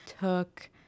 took